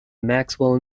maxwell